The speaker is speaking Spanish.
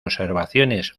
observaciones